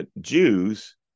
Jews